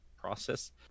process